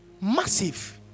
massive